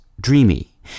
Dreamy